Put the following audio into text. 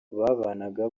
babanaga